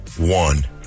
one